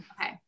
okay